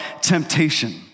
temptation